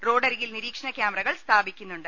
റോഡരികിൽ നിരീക്ഷണ ക്യാമറകൾ സ്ഥാപിക്കുന്നുണ്ട്